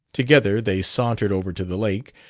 together they sauntered over to the lake.